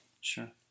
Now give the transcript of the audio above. Sure